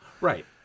Right